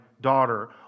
daughter